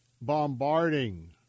bombarding